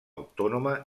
autònoma